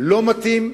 לא מתאים,